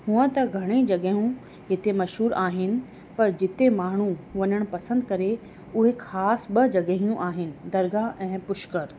हूअं त घणेई जॻहियूं हिते मशहूर आहिनि पर जिते माण्हू वञण पसंदि करे उहे ख़ासि ॿ जॻहियूं आहिनि दरगाह ऐं पुष्कर